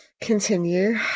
Continue